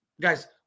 Guys